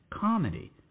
comedy